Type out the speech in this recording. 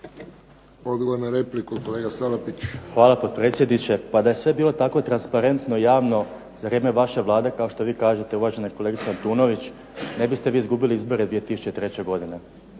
Odgovor na repliku kolega Salapić. **Salapić, Josip (HDZ)** Hvala potpredsjedniče. Pa da je sve bilo tako transparentno, javno za vrijeme vaše Vlade kao što vi kažete uvažena kolegice Antunović ne biste vi izgubili izbore 2003. godine.